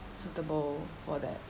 suitable for that